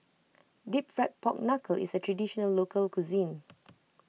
Deep Fried Pork Knuckle is a Traditional Local Cuisine